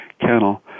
kennel